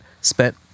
spent